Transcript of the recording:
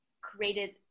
created